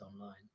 online